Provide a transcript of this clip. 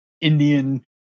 Indian